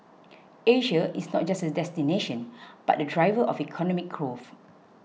Asia is not just a destination but a driver of economic growth